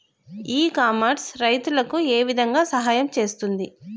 E commerce రైతులకు ఏ విధంగా సహాయం చేస్తుంది?